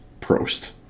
Prost